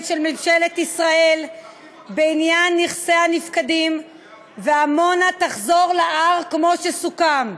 של ממשלת ישראל בעניין נכסי הנפקדים ועמונה תחזור להר כמו שסוכם.